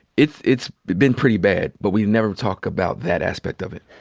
it's it's been pretty bad, but we never talk about that aspect of it.